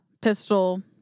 Pistol